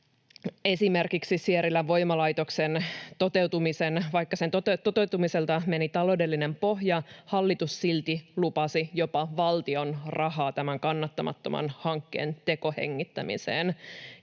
esimerkiksi Sierilän voimalaitoksen toteutumiselta meni taloudellinen pohja, hallitus silti lupasi jopa valtion rahaa tämän kannattamattoman hankkeen tekohengittämiseen.